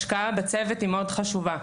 השקעה בצוות היא מאוד חשובה.